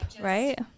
right